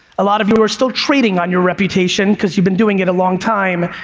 a lot of you are still trading on your reputation cause you've been doing it a long time.